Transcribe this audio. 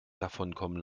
davonkommen